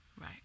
Right